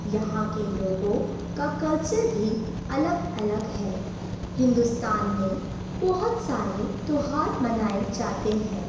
یہاں کے لوگوں کا کلچر بھی الگ الگ ہے ہندوستان میں بہت سارے تیوہار منائے جاتے ہیں